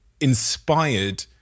inspired